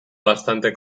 bastante